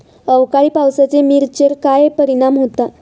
अवकाळी पावसाचे मिरचेर काय परिणाम होता?